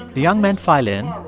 the young men file in,